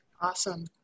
Awesome